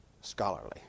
scholarly